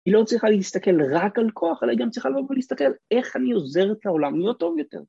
היא לא צריכה להסתכל רק על כוח, אלא היא גם צריכה לבוא ולהסתכל איך אני עוזרת לעולם להיות טוב יותר.